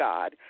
God